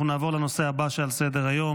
אנחנו נעבור לנושא הבא שעל סדר-היום,